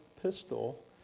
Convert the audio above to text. pistol